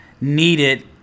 needed